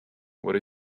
what